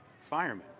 firemen